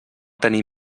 tenir